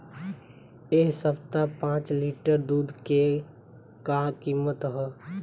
एह सप्ताह पाँच लीटर दुध के का किमत ह?